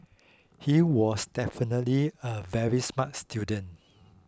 he was definitely a very smart student